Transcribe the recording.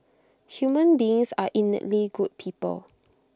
human beings are innately good people